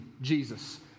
Jesus